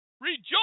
Rejoice